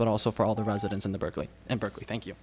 but also for all the residents in the berkeley and berkeley thank you